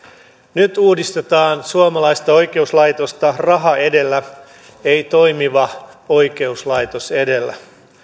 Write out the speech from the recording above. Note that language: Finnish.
nyt uudistetaan suomalaista oikeuslaitosta raha edellä ei toimiva oikeuslaitos edellä